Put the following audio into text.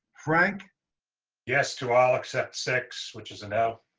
like yes to all except six which is no